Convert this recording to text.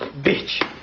bitch.